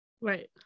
right